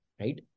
Right